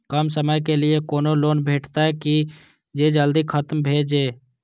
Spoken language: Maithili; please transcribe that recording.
कम समय के लीये कोनो लोन भेटतै की जे जल्दी खत्म भे जे?